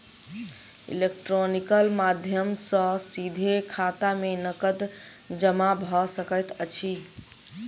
electronical माध्यम सॅ सीधे खाता में नकद जमा भ सकैत अछि